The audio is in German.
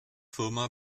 firma